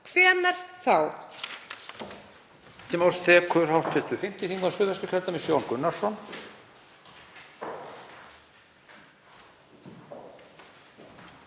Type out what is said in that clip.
hvenær þá?